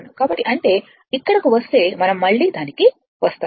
కాబట్టి అంటే ఇక్కడకు వస్తే మనం మళ్ళీ దానికి వస్తాము